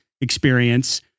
experience